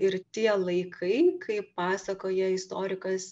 ir tie laikai kaip pasakoja istorikas